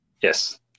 Yes